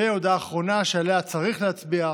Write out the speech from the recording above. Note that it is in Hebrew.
הודעה אחרונה, שעליה צריך להצביע: